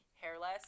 hairless